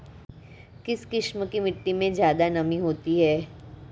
किस किस्म की मिटटी में ज़्यादा नमी होती है?